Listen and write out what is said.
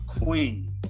queen